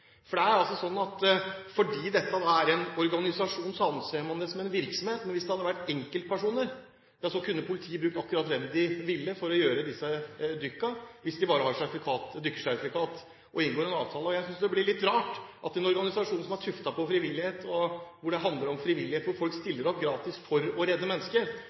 en virksomhet. Men hvis det hadde vært enkeltpersoner, kunne politiet brukt akkurat hvem de ville til å gjøre disse dykkene, hvis de bare hadde dykkersertifikat og inngår en avtale. Jeg synes det blir litt rart for en organisasjon som er tuftet på frivillighet, hvor det handler om frivillighet, og hvor folk stiller opp gratis for å redde mennesker.